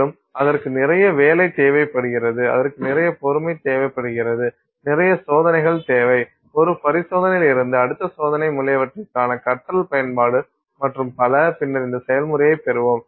மேலும் அதற்கு நிறைய வேலை தேவைப்படுகிறது அதற்கு நிறைய பொறுமை தேவைப்படுகிறது நிறைய சோதனைகள் தேவை ஒரு பரிசோதனையிலிருந்து அடுத்த சோதனை முதலியவற்றிற்கான கற்றல் பயன்பாடு மற்றும் பல பின்னர் இந்த செயல்முறையை பெறுவோம்